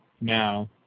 now